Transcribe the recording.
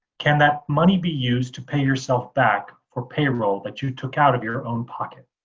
can that money be used to pay yourself back for payroll that you took out of your own pocket?